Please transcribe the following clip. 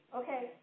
okay